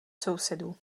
sousedů